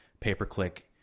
pay-per-click